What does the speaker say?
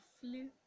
flew